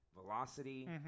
velocity